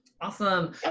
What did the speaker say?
Awesome